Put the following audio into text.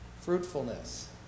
fruitfulness